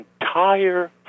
entire